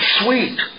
sweet